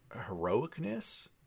heroicness